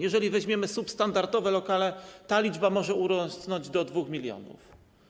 Jeżeli weźmiemy substandardowe lokale, ta liczba może urosnąć do 2 mln.